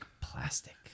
plastic